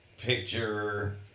picture